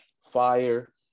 fire